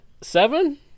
Seven